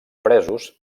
presos